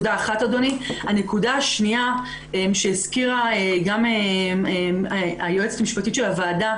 הנקודה השנייה שהזכירה גם היועצת המשפטית של הוועדה